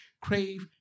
crave